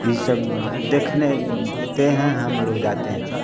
ये सब देखने तो हैं हम लोग जाते हैं तो